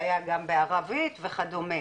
היה גם בערבית וכדומה.